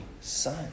son